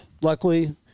luckily